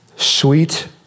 sweet